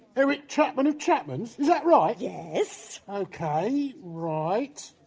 eric chapman, of chapman's that right? yes, ok, right,